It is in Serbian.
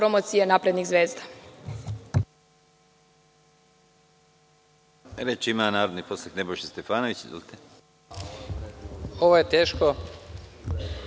samopromocije naprednih zvezda.